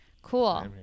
cool